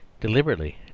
deliberately